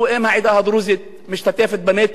אם העדה הדרוזית משתתפת בנטל,